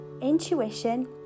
intuition